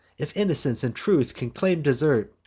if innocence and truth can claim desert,